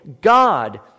God